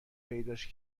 پیداش